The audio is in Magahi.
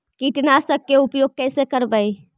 कीटनाशक के उपयोग कैसे करबइ?